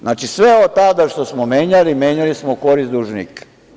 Znači, sve od tada što smo menjali, menjali smo u korist dužnika.